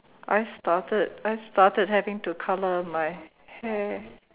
I started I started having to colour my hair